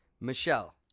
Michelle